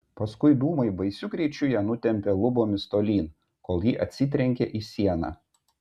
paskui dūmai baisiu greičiu ją nutempė lubomis tolyn kol ji atsitrenkė į sieną